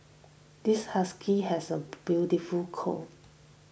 this husky has a beautiful coat